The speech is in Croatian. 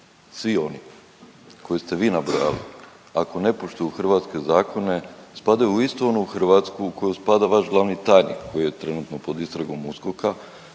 svi oni koje ste vi nabrojali ako ne poštuju hrvatske zakone spadaju u istu onu Hrvatsku u koju spada vaš glavni tajnik koji je trenutno pod istragom USKOK-a